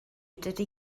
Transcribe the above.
dydy